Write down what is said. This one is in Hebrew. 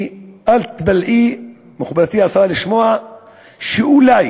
אל תתפלאי, מכובדתי השרה, לשמוע שאולי,